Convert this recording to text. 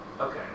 Okay